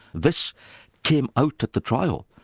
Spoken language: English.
this came out at the trial.